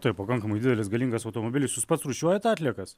tai pakankamai didelis galingas automobilis jūs pats rūšiuojat atliekas